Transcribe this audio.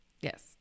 yes